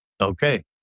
Okay